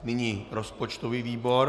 Nyní rozpočtový výbor.